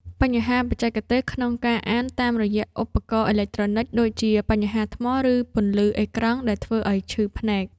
បញ្ហាបច្ចេកទេសក្នុងការអានតាមរយៈឧបករណ៍អេឡិចត្រូនិក ដូចជាបញ្ហាថ្ម ឬពន្លឺអេក្រង់ដែលធ្វើឱ្យឈឺភ្នែក។